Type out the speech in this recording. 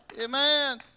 Amen